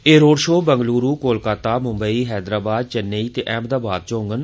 एह् road show Bengaluru Kolkata Mumbai Hyderabad Chennai ते अहमदाबाद च होंगन